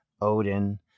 Odin